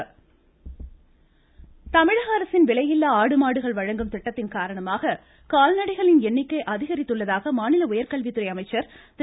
தர்மபுரி கோமாரி நோய் அன்பழகன் தமிழக அரசின் விலையில்லா ஆடு மாடுகள் வழங்கும் திட்டத்தின் காரணமாக கால்நடைகளின் எண்ணிக்கை அதிகரித்துள்ளதாக மாநில உயர்கல்வித்துறை அமைச்சர் திரு